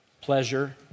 pleasure